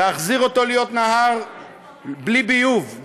להחזיר אותו להיות נהר בלי ביוב,